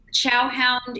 Chowhound